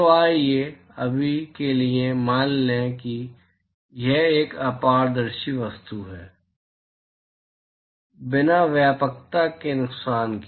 तो आइए अभी के लिए मान लें कि यह एक अपारदर्शी वस्तु है बिना व्यापकता के नुकसान के